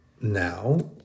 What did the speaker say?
now